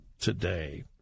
today